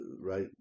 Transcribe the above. right